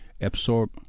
absorb